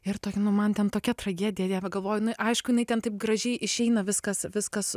ir tokia nu man ten tokia tragedija galvoju nu aišku jinai ten taip gražiai išeina viskas viskas